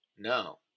No